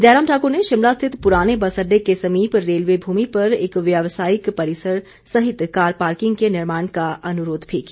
जयराम ठाकुर ने शिमला स्थित पुराने बस अड्डे के समीप रेलवे भूमि पर एक व्यवसायिक परिसर सहित कार पार्किंग के निर्माण का अनुरोध भी किया